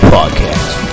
Podcast